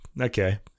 okay